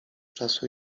czasu